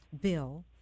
Bill